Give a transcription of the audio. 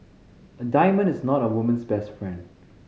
a diamond is not a woman's best friend